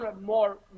more